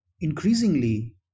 increasingly